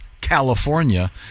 California